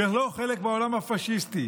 ולא חלק מהעולם הפשיסטי.